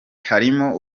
harimo